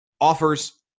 offers